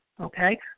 Okay